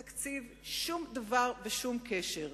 שאין בינו לבין תקציב שום דבר ושום קשר,